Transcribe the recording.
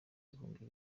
ibihumbi